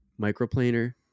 Microplaner